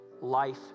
life